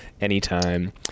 anytime